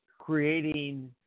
creating